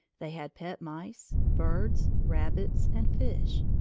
they had pet mice, birds, rabbits, and fish.